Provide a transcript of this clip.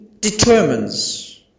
determines